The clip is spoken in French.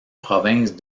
province